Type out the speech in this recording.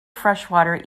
freshwater